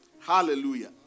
Hallelujah